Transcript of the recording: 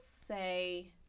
say